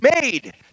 made